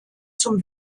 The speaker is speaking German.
zum